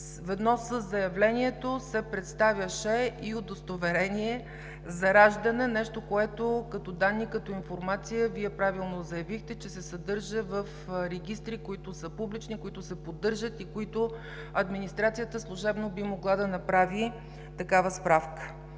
ведно със заявлението се представяше и удостоверение за раждане, нещо, което като данни, като информация Вие правилно заявихте, че се съдържа в регистри, които са публични, които се поддържат и за които администрацията служебно би могла да направи така справка.